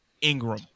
Ingram